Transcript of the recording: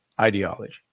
ideology